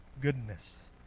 goodness